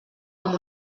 amb